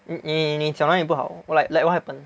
你你你脚哪里不好 like like what happened